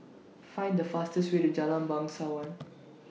Find The fastest Way to Jalan Bangsawan